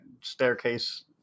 staircase